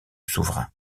souverain